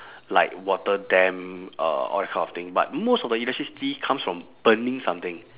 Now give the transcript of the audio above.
like water dam uh all that kind of thing but most of the electricity comes from burning something